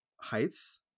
heights